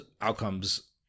outcomes